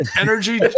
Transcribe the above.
Energy